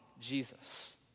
Jesus